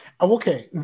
Okay